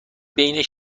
بین